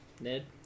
Ned